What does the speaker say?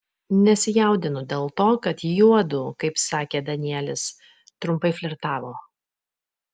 nesijaudinu dėl to kad juodu kaip sakė danielis trumpai flirtavo